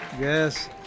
Yes